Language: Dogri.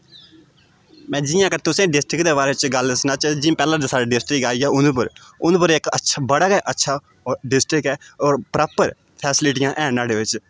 मै जि'यां के तुसें डिस्ट्रिक्ट दे बारे च गल्ल सनाचै जि'यां पैह्ला साढ़ा डिस्ट्रिक्ट आई गेआ उधमपुर उधमपुर इक अच्छा बड़ा गै अच्छा डिस्ट्रिक्ट ऐ होर प्रापर फैसलिटियां हैन नुहाड़े बिच्च